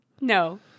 No